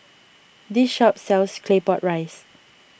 this shop sells Claypot Rice